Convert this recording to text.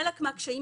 חלק מהקשיים,